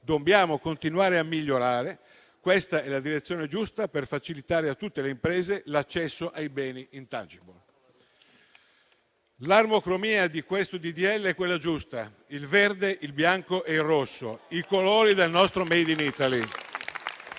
Dobbiamo continuare a migliorare e questa è la direzione giusta per facilitare a tutte le imprese l'accesso ai beni *intangible*. L'armocromia di questo disegno di legge è quella giusta: il verde, il bianco e il rosso, i colori del nostro *made in Italy*,